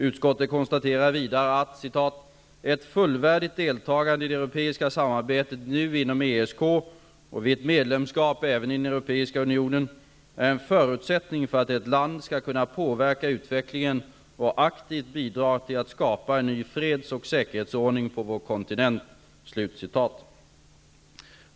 Utskottet konstaterar vidare: ''Ett fullvärdigt deltagande i det europeiska samarbetet, redan nu inom ESK och vid ett medlemskap även inom den Europeiska unionen, är tvärtom en förutsättning för att ett land skall kunna påverka utvecklingen och aktivt bidra till att skapa en ny freds och säkerhetsordning på vår kontinent.''